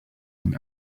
him